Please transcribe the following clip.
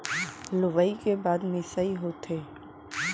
लुवई के बाद मिंसाई होथे